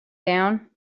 down